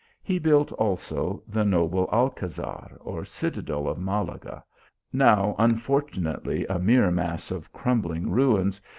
he ouilt also the noble alcazar, or citadel of malaga now unfortunately a mere mass of crum bling ruins,